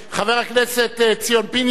חבר הכנסת ציון פיניאן,